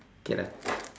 okay lah